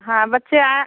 हाँ बच्चे